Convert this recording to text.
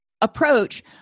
approach